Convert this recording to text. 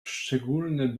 szczególne